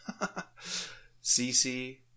CC